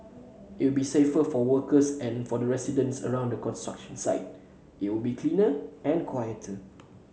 it will be safer for workers and for residents around the construction site it will be cleaner and quieter